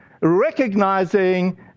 recognizing